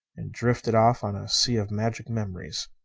and drifted off on a sea of magic memories.